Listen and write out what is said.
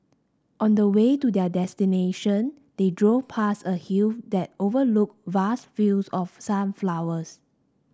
on the way to their destination they drove past a hill that overlooked vast fields of sunflowers